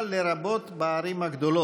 לרבות בערים הגדולות,